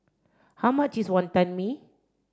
how much is Wonton Mee